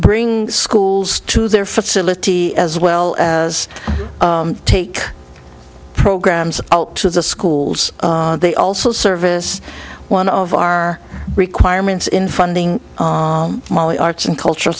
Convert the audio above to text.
bring schools to their facility as well as take programs out to the schools they also service one of our requirements in funding molly arts and cultural